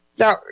Now